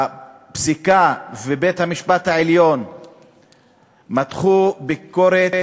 הפסיקה ובית-המשפט העליון מתחו ביקורת